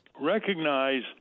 recognize